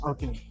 Okay